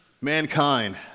Mankind